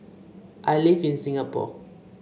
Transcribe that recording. I live in Singapore